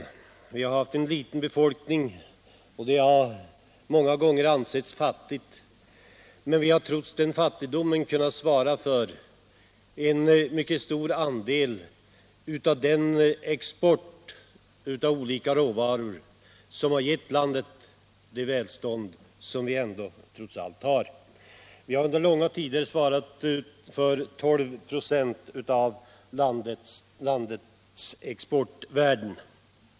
Länet har haft en fåtalig befolkning, och det har många gånger ansetts fattigt, men det har trots sin fattigdom kunnat svara för en mycket stor andel av den export av olika råvaror som har gett landet det välstånd vi ändå har. Norrbotten har under långa tider svarat för 12 96 av landets export.